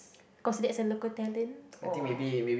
cause that's a local talent or